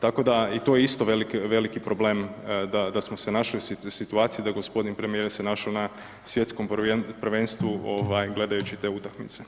Tako da, i to je isto veliki problem da smo se našli u situaciji da g. premijer se našao na svjetskom prvenstvu gledajući te utakmice.